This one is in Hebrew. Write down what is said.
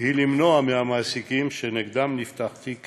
היא למנוע מהמעסיקים שנגדם נפתח תיק